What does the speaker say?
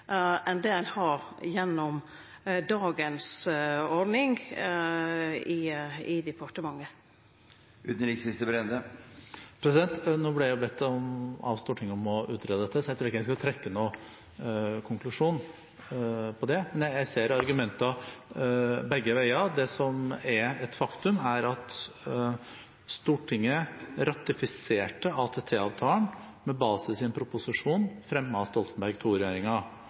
enn det ein har gjennom dagens ordning i departementet? Nå blir jeg jo bedt av Stortinget om å utrede dette, så jeg tror ikke jeg skal trekke noen konklusjon, men jeg ser at det er argumenter begge veier. Det som er et faktum, er at Stortinget ratifiserte ATT-avtalen med basis i en proposisjon fremmet av Stoltenberg